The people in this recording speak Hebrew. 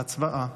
הצבעה.